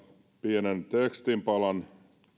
pienen tekstinpalan